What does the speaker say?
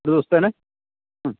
ഒരു ദിവസത്തേന്